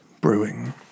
brewing